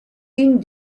une